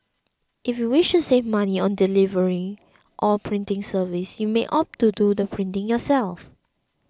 if you wish to save money on delivery or printing service you may opt to do the printing yourself